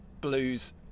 Blues